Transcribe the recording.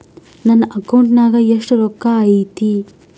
ನನ್ನ ಅಕೌಂಟ್ ನಾಗ ಎಷ್ಟು ರೊಕ್ಕ ಐತಿ?